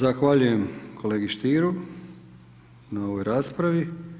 Zahvaljujem kolegi Stieru na ovoj raspravi.